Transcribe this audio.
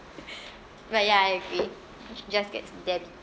but ya I agree should just gets debit